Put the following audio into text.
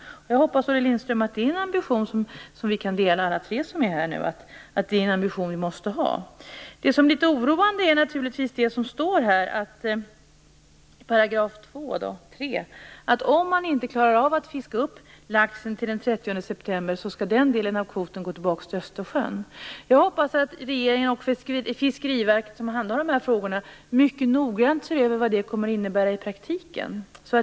Jag hoppas, Olle Lindström, att vi alla tre kan hålla med om att det är en ambition som vi måste ha. Det som är litet oroande är naturligtvis det som står i § 2.3. Om man inte klarar av att fiska upp laxen till den 30 september skall den delen av kvoten gå tillbaka till Östersjön. Jag hoppas att regeringen och Fiskeriverket som handhar de här frågorna mycket noggrant ser över vad det innebär i praktiken.